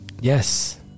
yes